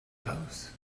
pose